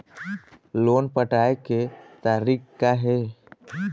Loan पटाए के तारीख़ का हे?